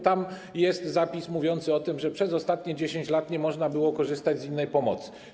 Tam jest zapis mówiący o tym, że przez ostatnie 10 lat nie można było korzystać z innej pomocy.